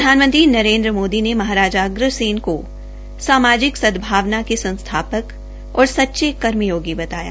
प्रधानमंत्री नरेन्द्र मोदी ने महाराजा अग्रसेन को सामाजिक सदभावना के संस्थापक और सच्चे कर्मयोगी बताया